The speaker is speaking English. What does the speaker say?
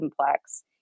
complex